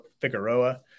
Figueroa